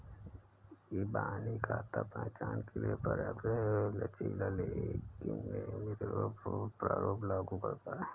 इबानी खाता पहचान के लिए पर्याप्त लचीला लेकिन नियमित प्रारूप लागू करता है